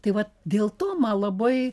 tai vat dėl to man labai